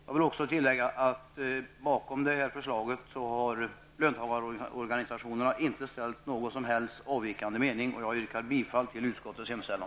Låt mig tillägga att löntagarorganisationerna inte har någon avvikande mening i förhållande till föreliggande förslag. Med detta yrkar jag bifall till utskottets hemställan.